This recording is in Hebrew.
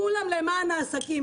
כולם למען העסקים,